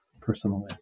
personally